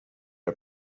and